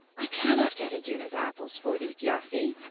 i cannot get iduna's apples for thee, thiassi,